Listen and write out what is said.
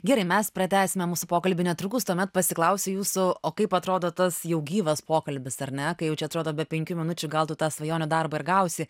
gerai mes pratęsime mūsų pokalbį netrukus tuomet pasiklausiu jūsų o kaip atrodo tas jau gyvas pokalbis ar ne kai čia jau atrodo be penkių minučių gal tu tą svajonių darbą ir gausi